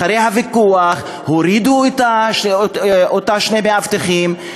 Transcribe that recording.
אחרי הוויכוח הורידו אותה שני מאבטחים,